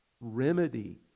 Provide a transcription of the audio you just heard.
remedy